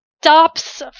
stops